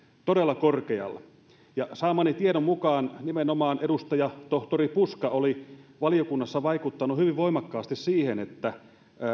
todella korkealle saamani tiedon mukaan nimenomaan edustaja tohtori puska oli valiokunnassa vaikuttanut hyvin voimakkaasti siihen että